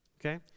okay